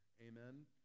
Amen